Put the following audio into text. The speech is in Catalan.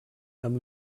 amb